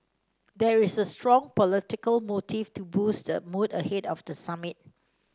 there is a strong political motive to boost the mood ahead of the summit